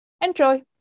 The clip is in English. Enjoy